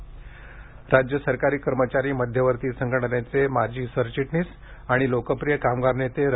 कर्णिक निधन राज्य सरकारी कर्मचारी मध्यवर्ती संघटनेचे माजी सरचिटणीस आणि लोकप्रिय कामगार नेते र